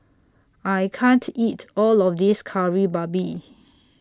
I can't eat All of This Kari Babi